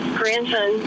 grandson